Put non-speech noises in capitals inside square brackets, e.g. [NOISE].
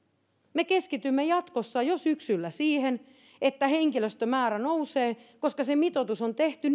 me keskitymme jatkossa jo syksyllä siihen että henkilöstömäärä nousee koska se mitoitus on tehty [UNINTELLIGIBLE]